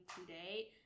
today